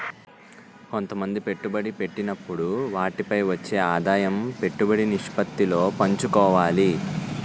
కొంతమంది పెట్టుబడి పెట్టినప్పుడు వాటిపై వచ్చే ఆదాయం పెట్టుబడి నిష్పత్తిలో పంచుకోవాలి